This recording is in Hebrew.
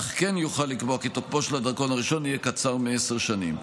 אך כן יוכל לקבוע כי תוקפו של הדרכון הראשון יהיה קצר מעשר שנים.